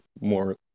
more